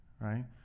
Right